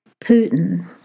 Putin